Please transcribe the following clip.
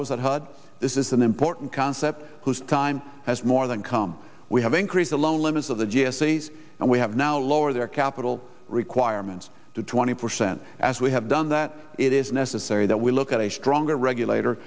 was at her this is an important concept whose time has more than come we have increased the loan limits of the g s e's and we have now lowered their capital requirements to twenty percent as we have done that it is necessary that we look at a stronger regulator